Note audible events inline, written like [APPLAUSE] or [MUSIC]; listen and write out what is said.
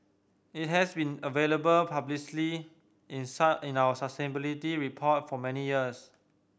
it has been available publicly in [UNINTELLIGIBLE] in our sustainability report for many years